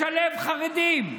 לשלב חרדים?